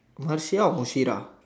Marshia or Mushirah